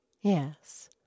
Yes